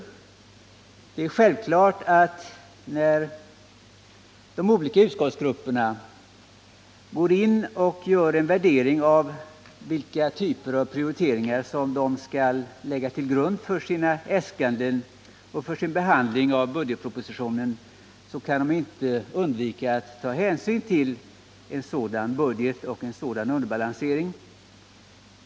Det är självklart att de olika partigrupperingarna i utskottet, när de gör en värdering av vilka typer av prioriteringar som de skall lägga till grund för sina äskanden och för sin behandling av budgetpropositionen, inte kan undvika att ta hänsyn till en sådan budget och en sådan underbalansering.